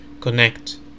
connect